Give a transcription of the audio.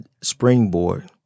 springboard